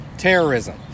Terrorism